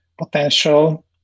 potential